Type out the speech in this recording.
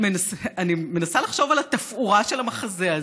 אני מנסה לחשוב על התפאורה של המחזה הזה,